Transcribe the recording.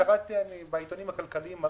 קראתי בעיתונים הכלכליים,